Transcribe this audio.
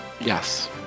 Yes